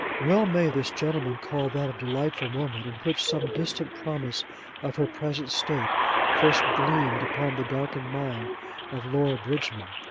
well may this gentleman call that a delightful moment, in which some distant promise of her present state first gleamed upon the darkened mind of laura bridgman.